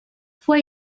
fue